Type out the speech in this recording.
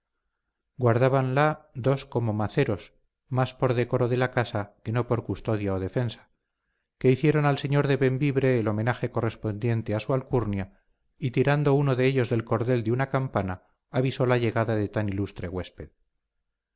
convento guardábanla dos como maceros más por decoro de la casa que no por custodia o defensa que hicieron al señor de bembibre el homenaje correspondiente a su alcurnia y tirando uno de ellos del cordel de una campana avisó la llegada de tan ilustre huésped